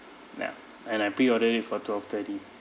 ya and I preorder it for twelve thirty